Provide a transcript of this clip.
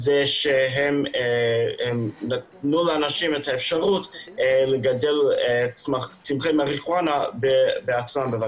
שהם נתנו לאנשים את האפשרות לגדל צמחי מריחואנה בעצמם.